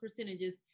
percentages